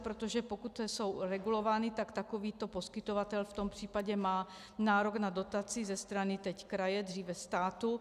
Protože pokud jsou regulovány, tak takovýto poskytovatel v tom případě má nárok na dotaci ze strany teď kraje, dříve státu.